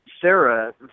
Sarah